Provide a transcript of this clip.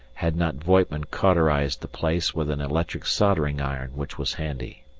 had not voigtman cauterized the place with an electric soldering-iron which was handy.